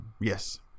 yes